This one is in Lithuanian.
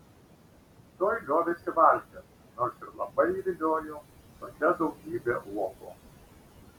tuoj liovėsi valgęs nors ir labai jį viliojo tokia daugybė uogų